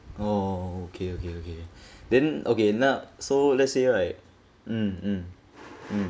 oh okay okay okay then okay now so let's say right mm mm mm